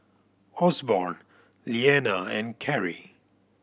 Osborn Liana and Cary